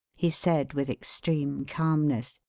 he said with extreme calmness.